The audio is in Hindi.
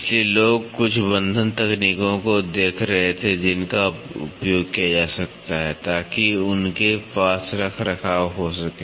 इसलिए लोग कुछ बन्धन तकनीकों को देख रहे थे जिनका उपयोग किया जा सकता है ताकि उनके पास रखरखाव हो सके